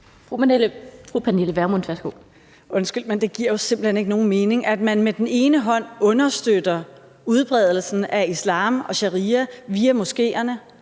Pernille Vermund (NB): Undskyld, men det giver simpelt hen ikke nogen mening, at man med den ene hånd understøtter udbredelsen af islam og sharia via moskeerne,